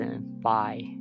bye